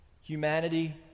Humanity